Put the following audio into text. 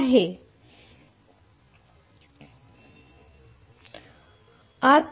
आम्ही आता त्या बरोबर असे घेतले आहे उदाहरणार्थ जर उजवे आणि आर R हे युनिट मेगावाट 2